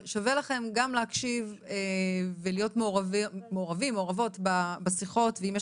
אבל שווה לכן גם להקשיב ולהיות מעורבים ומעורבות בשיחות ואם יש